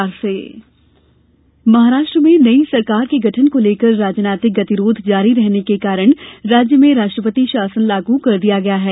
राष्ट्रपति शासन महाराष्ट्र में नई सरकार के गठन को लेकर राजनीतिक गतिरोध जारी रहने के कारण राज्य में राष्ट्रपति शासन लागू कर दिया गया है